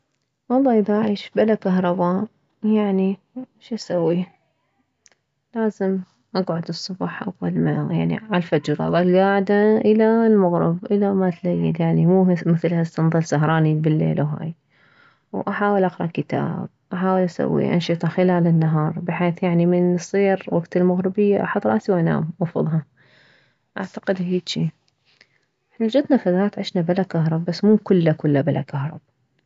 والله اذا اعيش بلا كهرباء يعني شسوي لازم اكعد الصبح اول ما يعني عالفجر اظل كاعدة الى المغرب الى ما تليل يعني مو مثل هسه نظل سهرانين بالليل وهاي واحاول اقره كتاب احاول اسوي انشطة خلال النهار بحيث يعني من تصير وكت المغربية احط راسي وانام وافضها اعتقد هيجي احنا جتنا فترات عشنا بلا كهرب بس مو كله كله بلا كهرب